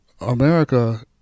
America